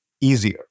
easier